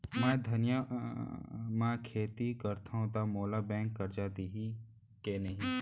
मैं अधिया म खेती करथंव त मोला बैंक करजा दिही के नही?